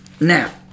Now